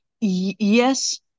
yes